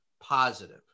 positive